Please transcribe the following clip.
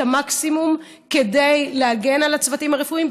המקסימום כדי להגן על הצוותים הרפואיים,